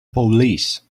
police